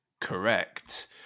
Correct